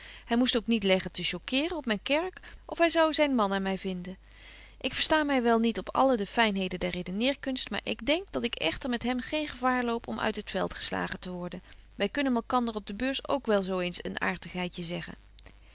hy moest ook niet leggen te choqueeren op myn kerk of hy zou zyn man aan my vinden ik versta my wel niet op alle de fynheden der redeneerkunst maar ik denk dat ik echter met hem geen gevaar loop om uit het veld geslagen te worden wy kunnen malkander op de beurs ook wel zo eens een aartigheid je zeggen